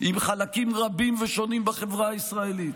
עם חלקים רבים ושונים בחברה הישראלית.